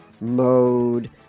mode